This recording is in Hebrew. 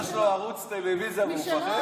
יש לו ערוץ טלוויזיה והוא מפחד?